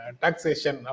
taxation